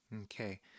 Okay